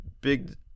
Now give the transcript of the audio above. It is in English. big